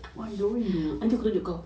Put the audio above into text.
why don't you